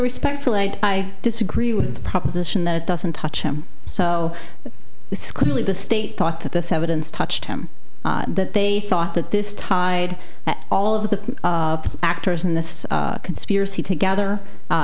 respectfully i disagree with the proposition that it doesn't touch him so clearly the state thought that this evidence touched him that they thought that this tied all of the actors in this conspiracy together